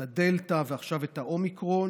את הדלתא ועכשיו את האומיקרון,